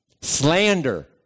Slander